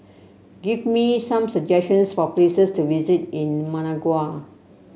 give me some suggestions for places to visit in Managua